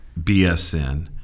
BSN –